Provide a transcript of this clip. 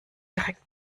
direkt